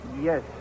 Yes